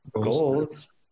goals